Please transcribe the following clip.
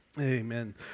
Amen